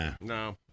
No